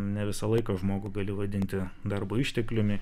ne visą laiką žmogų gali vadinti darbo ištekliumi